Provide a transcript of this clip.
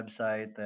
website